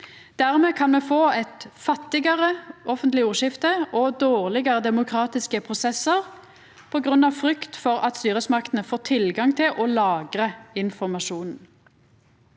Dermed kan me få eit fattigare offentleg ordskifte og dårlegare demokratiske prosessar grunna frykt for at styresmaktene får tilgang til og lagrar informasjonen.